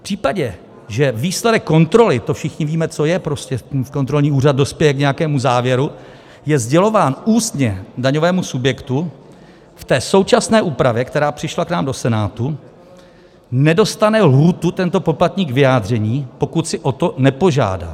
V případě, že výsledek kontroly to všichni víme, co je, prostě kontrolní úřad dospěje k nějakému závěru je sdělován ústně daňovému subjektu, v té současné úpravě, která přišla k nám do Senátu, nedostane lhůtu tento poplatník k vyjádření, pokud si o to nepožádá.